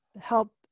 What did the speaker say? help